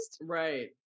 right